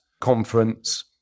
conference